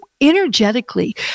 energetically